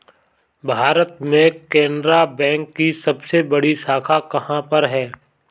भारत में केनरा बैंक की सबसे बड़ी शाखा कहाँ पर है?